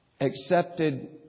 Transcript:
Accepted